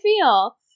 feel